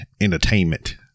Entertainment